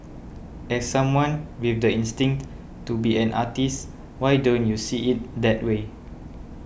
as someone with the instinct to be an artist why don't you see it that way